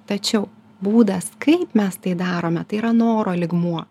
tačiau būdas kaip mes tai darome tai yra noro lygmuo